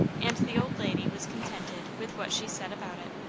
and the old lady was contented with what she said about it.